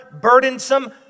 burdensome